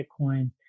Bitcoin